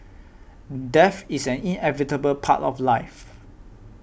death is inevitable part of life